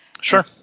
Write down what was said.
Sure